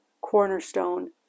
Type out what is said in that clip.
cornerstone